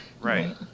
Right